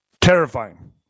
Terrifying